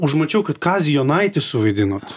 užmačiau kad kazį jonaitį suvaidinot